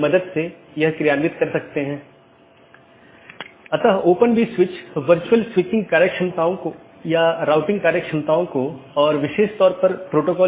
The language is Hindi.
अब मैं कैसे एक मार्ग को परिभाषित करता हूं यह AS के एक सेट द्वारा परिभाषित किया गया है और AS को मार्ग मापदंडों के एक सेट द्वारा तथा गंतव्य जहां यह जाएगा द्वारा परिभाषित किया जाता है